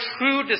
true